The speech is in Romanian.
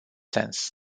sens